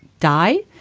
di?